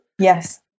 yes